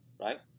right